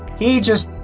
he just